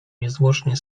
niezwłocznie